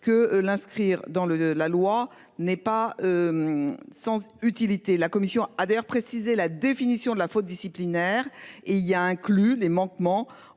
que l'inscrire dans le. La loi n'est pas. Sans utilité. La commission a d'ailleurs précisé la définition de la faute disciplinaire et il y a inclus les manquements